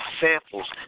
samples